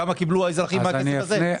כמה קיבלו האזרחים מהכסף הזה?